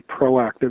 proactive